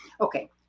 Okay